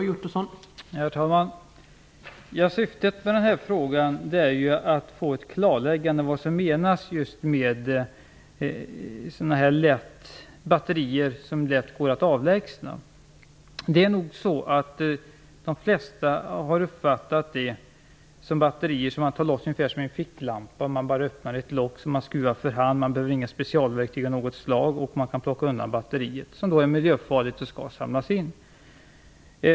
Herr talman! Syftet med den här frågan är att få ett klarläggande av vad som menas med just batterier som lätt går att avlägsna. De flesta har uppfattat det som batterier som man tar loss ungefär som ur en ficklampa. Man bara öppnar ett lock som man skruvar för hand. Man behöver inga specialverktyg av något slag, och man kan plocka undan batteriet som är miljöfarligt och skall samlas in.